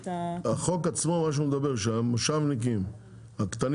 --- החוק עצמו מה שהוא מדבר זה שהמושבניקים הקטנים,